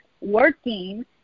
working